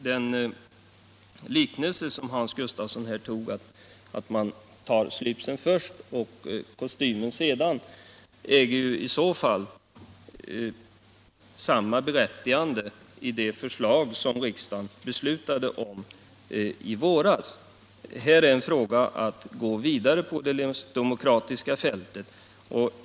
Den liknelse som Hans Gustafsson gjorde med att man tar slipsen först och kostymen sedan äger i så fall samma tillämpning på det beslut som riksdagen fattade i våras. Det är här fråga om att gå vidare med arbetet på länsdemokratin.